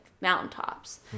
mountaintops